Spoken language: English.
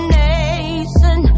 nation